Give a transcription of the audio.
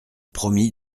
promis